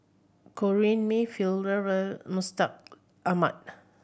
Corrinne May Mustaq Ahmad